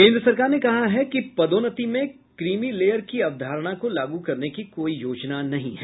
केन्द्र सरकार ने कहा है कि पदोन्नति में क्रीमी लेयर की अवधारणा को लागू करने की कोई योजना नहीं है